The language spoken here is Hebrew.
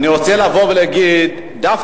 אצלכם זה רק אידיאולוגי.